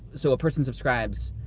so a person subscribes,